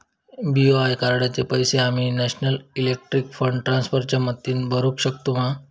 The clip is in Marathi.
बी.ओ.आय कार्डाचे पैसे आम्ही नेशनल इलेक्ट्रॉनिक फंड ट्रान्स्फर च्या मदतीने भरुक शकतू मा?